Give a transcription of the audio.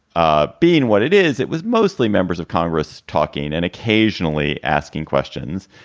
ah being what it is, it was mostly members of congress talking and occasionally asking questions,